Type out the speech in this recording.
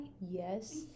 Yes